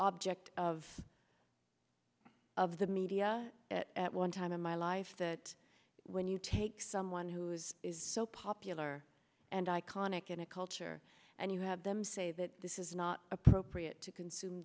object of of the media at one time in my life that when you take someone who is so popular and iconic in a culture and you have them say that this is not appropriate to consume